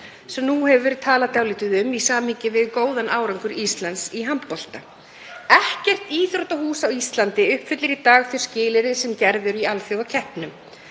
sem nú hefur verið talað dálítið um í samhengi við góðan árangur Íslands í handbolta. Ekkert íþróttahús á Íslandi uppfyllir í dag þau skilyrði sem gerð eru í alþjóðakeppnum.